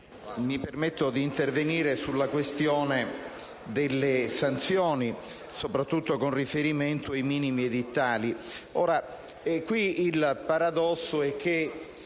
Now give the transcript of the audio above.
mi permetto di intervenire sulla questione delle sanzioni, soprattutto con riferimento ai minimi edittali.